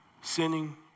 sinning